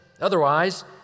Otherwise